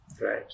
right